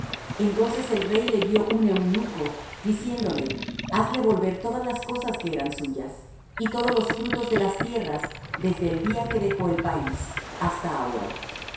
entonces el rey le dió un eunuco diciéndole hazle volver todas las cosas que eran suyas y todos los frutos de la tierras desde el día que dejó el país hasta ahora